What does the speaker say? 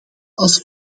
als